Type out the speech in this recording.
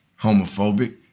homophobic